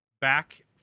back